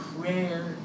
prayer